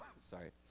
Sorry